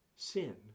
Sin